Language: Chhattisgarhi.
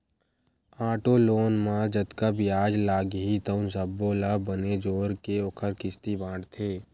आटो लोन म जतका बियाज लागही तउन सब्बो ल बने जोरके ओखर किस्ती बाटथे